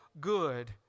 good